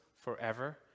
forever